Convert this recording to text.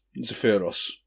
Zephyros